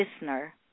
listener